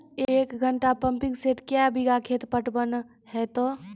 एक घंटा pumping set क्या बीघा खेत पटवन है तो?